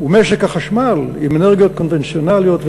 ומשק החשמל עם אנרגיות קונבנציונליות,